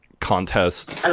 contest